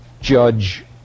judge